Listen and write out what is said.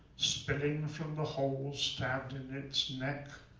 spilling from the hole stabbed in its neck?